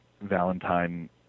Valentine